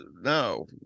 no